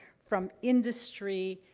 from industry,